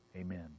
Amen